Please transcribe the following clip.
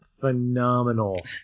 phenomenal